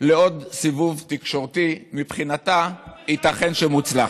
לעוד סיבוב תקשורתי, מבחינתה, ייתכן שמוצלח.